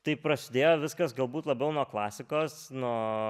tai prasidėjo viskas galbūt labiau nuo klasikos nuo